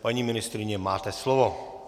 Paní ministryně, máte slovo.